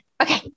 okay